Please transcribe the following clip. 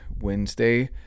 Wednesday